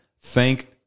thank